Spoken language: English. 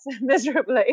miserably